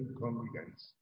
congregants